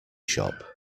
shop